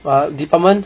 err department